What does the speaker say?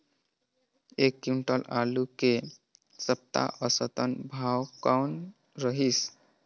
एक क्विंटल आलू के ऐ सप्ता औसतन भाव कौन रहिस?